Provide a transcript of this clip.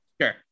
Sure